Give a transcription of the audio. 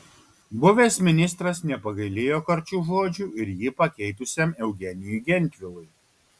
buvęs ministras nepagailėjo karčių žodžių ir jį pakeitusiam eugenijui gentvilui